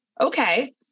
okay